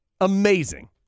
Amazing